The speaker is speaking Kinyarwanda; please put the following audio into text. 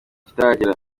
kitaragera